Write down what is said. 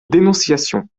dénonciation